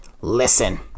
listen